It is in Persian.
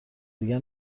دیگر